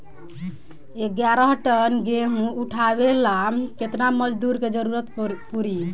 ग्यारह टन गेहूं उठावेला केतना मजदूर के जरुरत पूरी?